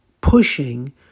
pushing